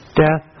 death